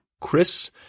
Chris